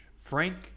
Frank